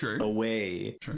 away